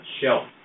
shelf